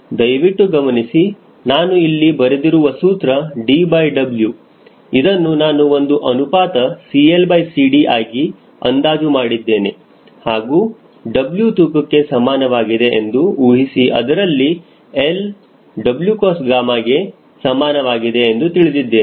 ದಯವಿಟ್ಟು ಗಮನಿಸಿ ನಾನು ಇಲ್ಲಿ ಬರೆದಿರುವ ಸೂತ್ರ DW ಇದನ್ನು ನಾನು ಒಂದು ಅನುಪಾತ CLCD ಆಗಿ ಅಂದಾಜು ಮಾಡಿದ್ದೇನೆ ಹಾಗೂ W ತೂಕಕ್ಕೆ ಸಮಾನವಾಗಿದೆ ಎಂದು ಊಹಿಸಿ ಅದರಲ್ಲಿ L Wcosγಗೆ ಸಮಾನವಾಗಿದೆ ಎಂದು ತಿಳಿದಿದ್ದೇನೆ